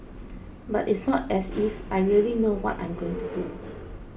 but it's not as if I really know what I'm going to do